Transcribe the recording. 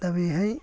दा बेहाय